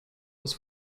was